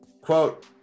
quote